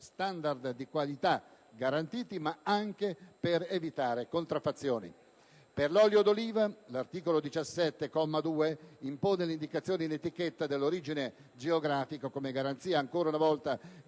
standard di qualità garantiti ed evitare contraffazioni. Per l'olio d'oliva l'articolo 17, comma 2, impone l'indicazione in etichetta dell'origine geografica, come garanzia ancora una volta di